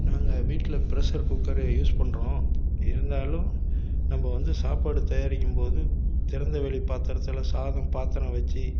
நாங்கள் வீட்டில் pressure cooker use பண்ணுறோம் இருந்தாலும் நம்ம வந்து சாப்பாடு தயாரிக்கும்போது திறந்தவெளி பாத்திரத்தில் சாதம் பாத்திரம் வெச்சு